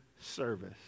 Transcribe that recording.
service